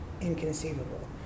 inconceivable